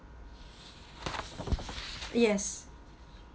yes